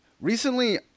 Recently